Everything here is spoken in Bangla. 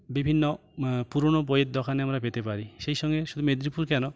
বিভিন্ন পুরোনো বইয়ের দোকানে আমরা পেতে পারি সেই সঙ্গে শুধু মেদিনীপুর কেন